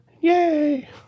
Yay